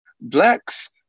Blacks